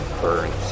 burns